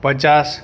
પચાસ